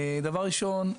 דבר ראשון,